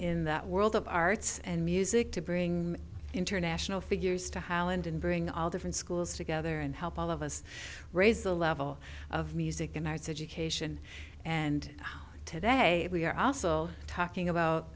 in that world of arts and music to bring international figures to holland and bring all different schools together and help all of us raise the level of music and arts education and today we're also talking about